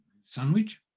Sandwich